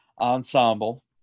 ensemble